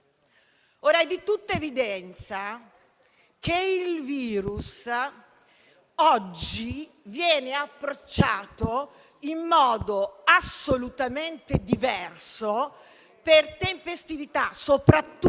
Ora, è di tutta evidenza che il virus oggi viene approcciato in modo assolutamente diverso, soprattutto